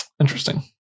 Interesting